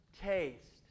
taste